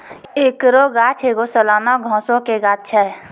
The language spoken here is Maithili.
एकरो गाछ एगो सलाना घासो के गाछ छै